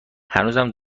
هنوزم